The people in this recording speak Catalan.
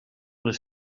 les